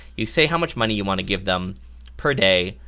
you say how much money you want to give them per day,